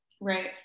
right